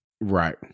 Right